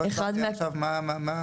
לא הסברת לי עכשיו מה,